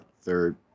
third